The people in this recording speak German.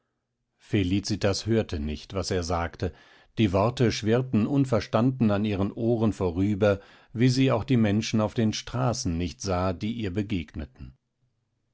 felicitas hörte nicht was er sagte die worte schwirrten unverstanden an ihren ohren vorüber wie sie auch die menschen auf den straßen nicht sah die ihr begegneten